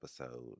episode